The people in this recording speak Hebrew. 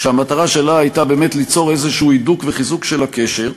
שהמטרה שלה הייתה באמת ליצור איזה הידוק וחיזוק של הקשר.